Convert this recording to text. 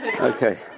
Okay